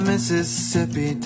Mississippi